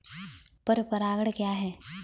पर परागण क्या है?